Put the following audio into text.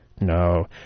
No